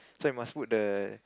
so I must put the